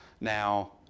Now